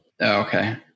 Okay